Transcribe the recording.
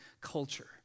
culture